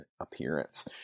appearance